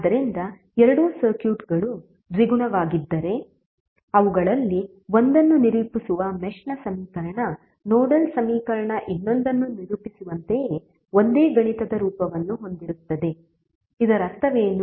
ಆದ್ದರಿಂದ ಎರಡು ಸರ್ಕ್ಯೂಟ್ಗಳು ದ್ವಿಗುಣವಾಗಿದ್ದರೆ ಅವುಗಳಲ್ಲಿ ಒಂದನ್ನು ನಿರೂಪಿಸುವ ಮೆಶ್ ನ ಸಮೀಕರಣ ನೋಡಲ್ ಸಮೀಕರಣ ಇನ್ನೊಂದನ್ನು ನಿರೂಪಿಸುವಂತೆಯೇ ಒಂದೇ ಗಣಿತದ ರೂಪವನ್ನು ಹೊಂದಿರುತ್ತದೆ ಇದರ ಅರ್ಥವೇನು